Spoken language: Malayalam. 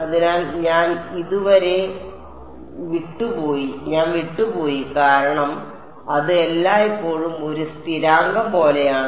അതിനാൽ ഞാൻ ഇതുവരെ ഞാൻ വിട്ടുപോയി കാരണം അത് എല്ലായ്പ്പോഴും ഒരു സ്ഥിരാങ്കം പോലെയാണ്